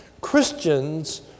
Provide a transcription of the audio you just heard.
Christians